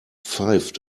pfeift